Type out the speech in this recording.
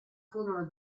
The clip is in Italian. furono